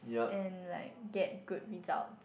and like get good result